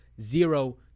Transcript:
zero